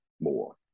more